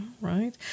Right